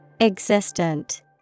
Existent